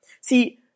See